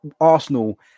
Arsenal